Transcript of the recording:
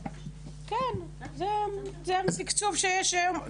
--- כן, זה התקצוב שיש היום.